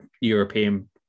European